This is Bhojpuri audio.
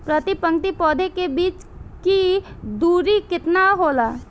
प्रति पंक्ति पौधे के बीच की दूरी केतना होला?